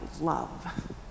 love